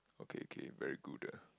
okay okay very good